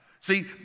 See